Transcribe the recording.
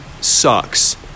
sucks